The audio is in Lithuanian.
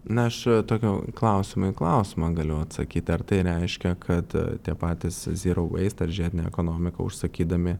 na aš tokiu klausimu į klausimą galiu atsakyt ar tai reiškia kad tie patys zero waste ar žiedinė ekonomika užsakydami